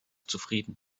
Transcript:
zufrieden